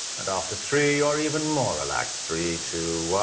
and after three or even more relaxed three, two,